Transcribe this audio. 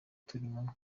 turimo